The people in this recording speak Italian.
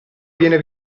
viene